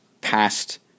past